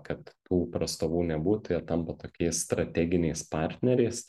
kad tų prastovų nebūtų jie tampa tokiais strateginiais partneriais